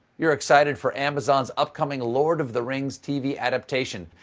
you're excited for amazon's upcoming lord of the rings tv adaptation.